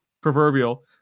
proverbial